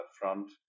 front